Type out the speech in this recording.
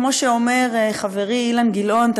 כמו שאומר חברי אילן גילאון,